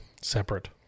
Separate